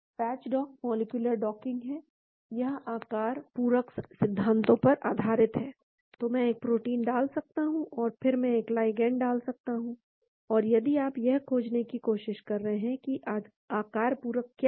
patch dock molecular docking है यह आकार पूरक सिद्धांतों पर आधारित है तो मैं एक प्रोटीन डाल सकता हूं और फिर मैं एक लाइगैंड डाल सकता हूं और यदि आप यह खोजने की कोशिश करते हैं कि आकार पूरक क्या है